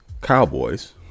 Cowboys